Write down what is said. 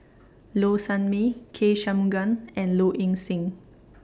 Low Sanmay K Shanmugam and Low Ing Sing